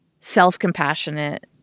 self-compassionate